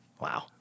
Wow